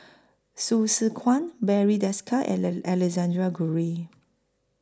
Hsu Tse Kwang Barry Desker and Alexander Guthrie